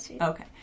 okay